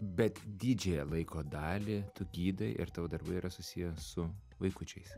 bet didžiąją laiko dalį tu gydai ir tavo darbai yra susiję su vaikučiais